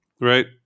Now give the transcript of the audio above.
right